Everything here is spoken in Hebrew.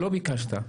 לא ביקשת.